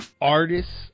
artists